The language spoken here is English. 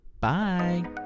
Bye